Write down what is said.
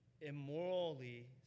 immorally